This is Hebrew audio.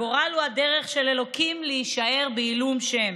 הגורל הוא הדרך של אלוקים להישאר בעילום שם,